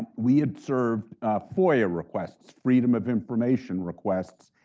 we had served foia requests, freedom of information requests,